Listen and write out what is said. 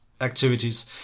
activities